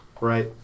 right